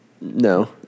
No